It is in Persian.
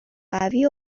قوی